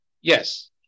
Yes